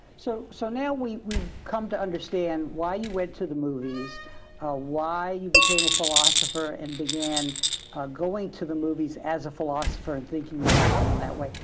so so now we've we've come to understand why you went to the movies why you became a philosopher and began going to the movies as a philosopher and thinking about them in that way.